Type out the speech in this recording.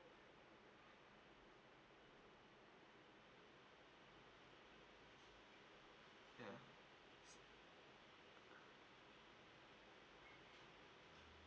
ya